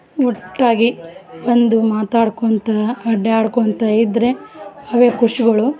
ಒಟ್ಟಾಗಿ ಬಂದು ಮಾತಾಡ್ಕೊತ ಅಡ್ಡಾಡ್ಕೊತ ಇದ್ರೆ ಅವೇ ಖುಷಿಗಳು